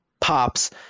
pops